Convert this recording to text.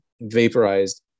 vaporized